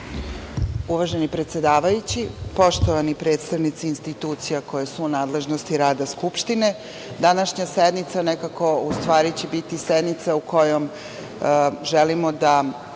Uvaženi predsedavajući, poštovani predstavnici institucija koje su u nadležnosti rada Skupštine, današnja sednica nekako u stvari će biti sednica kojom želimo da